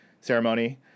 ceremony